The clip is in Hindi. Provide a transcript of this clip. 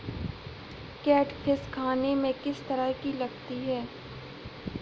कैटफिश खाने में किस तरह की लगती है?